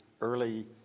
early